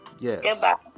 Yes